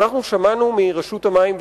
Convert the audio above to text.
שמענו מרשות המים,